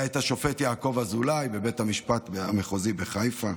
היה השופט יעקב אזולאי בבית המשפט המחוזי בחיפה,